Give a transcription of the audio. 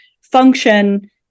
function